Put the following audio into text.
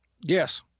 Yes